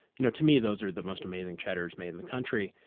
you know to me those are the most amazing cheddars made in the country.